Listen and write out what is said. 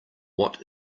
what